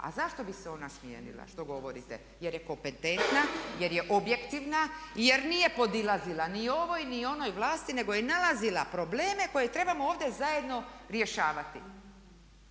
A zašto bi se ona smijenila što govorite? Jer je kompetentna, jer je objektivna, jer nije podilazila ni ovoj, ni onoj vlasti nego je nalazila probleme koje trebamo ovdje zajedno rješavati.